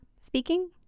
speaking